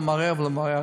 לא מערער.